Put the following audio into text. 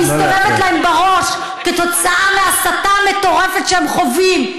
שמסתובבת להם בראש כתוצאה מהסתה מטורפת שהם חווים,